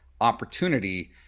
opportunity